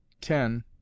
ten